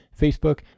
Facebook